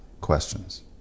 questions